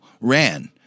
ran